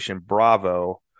Bravo